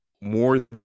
more